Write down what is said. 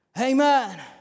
Amen